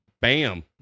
Bam